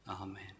Amen